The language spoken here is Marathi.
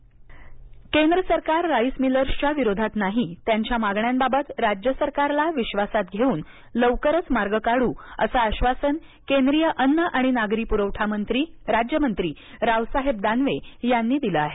राइस मिल केंद्र सरकार राईस मिलर्सच्या विरोधात नाही त्यांच्या मागण्यांबाबत राज्य सरकारला विश्वासात घेऊन लवकरच मार्ग काढू असे आश्वासन केंद्रीय अन्न आणि नागरी पुरवठा राज्यमंत्री रावसाहेब दानवे यांनी दिलं आहे